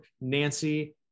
Nancy